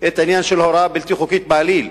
את העניין של הוראה בלתי חוקית בעליל,